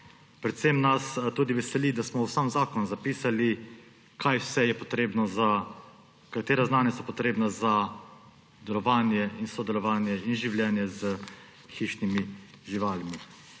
Predvsem nas tudi veseli, da smo v sam zakon zapisali, kaj vse je potrebno, katera znanja so potrebna za delovanje in sodelovanje in življenje s hišnimi živalmi.